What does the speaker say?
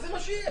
זה מה שיהיה.